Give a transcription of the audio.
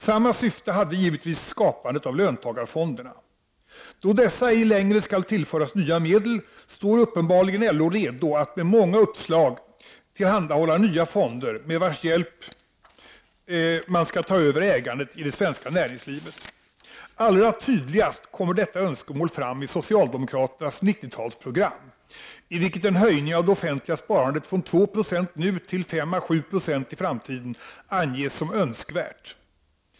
Samma syfte gällde givetvis beträffande skapandet av löntagarfonderna. Då dessa ej längre skall tillföras nya medel är LO uppenbarligen redo att med många uppslag tillhandahålla nya fonder, med vars hjälp man skall ta över ägandet i det svenska näringslivet. Allra tydligast kommer detta önskemål fram i socialdemokraternas 90-talsprogram, i vilket en höjning av det offentliga sparandet från nuvarande 2 9 till 5-7 90 i framtiden anges som önskvärt!